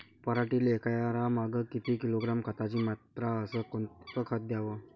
पराटीले एकरामागं किती किलोग्रॅम खताची मात्रा अस कोतं खात द्याव?